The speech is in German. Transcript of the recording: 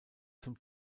zum